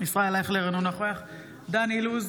ישראל אייכלר, אינו נוכח דן אילוז,